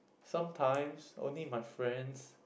sometimes only my friends